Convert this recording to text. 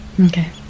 Okay